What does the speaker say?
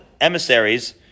emissaries